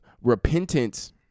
Repentance